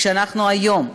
אנחנו היום,